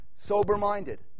Sober-minded